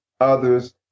others